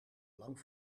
lang